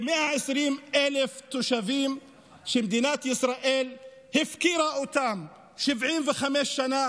כ-120,000 תושבים שמדינת ישראל הפקירה אותם 75 שנה